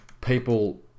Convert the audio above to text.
people